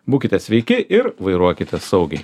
būkite sveiki ir vairuokite saugiai